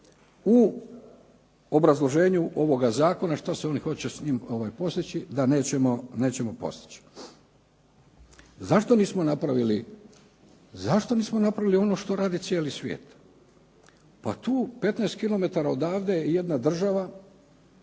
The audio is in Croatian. u obrazloženju ovoga zakona šta se hoće s njima postići da nećemo postići. Zašto nismo napravili ono što radi cijeli svijet? Pa tu 15 kilometara odavde je jedna država